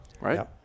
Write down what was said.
Right